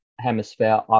Hemisphere